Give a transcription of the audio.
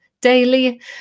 daily